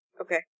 Okay